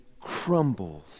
crumbles